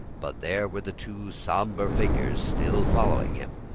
but there were the two somber figures still following him,